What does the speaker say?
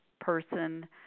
person